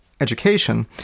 education